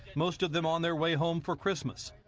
most of them on their way home for christmas.